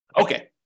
Okay